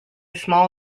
small